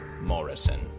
Morrison